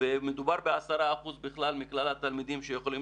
ומדובר ב-10% מכלל התלמידים שיכולים